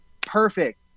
perfect